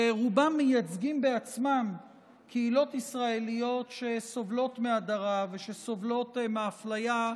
שרובם מייצגים בעצמם קהילות ישראליות שסובלות מהדרה ומהפליה,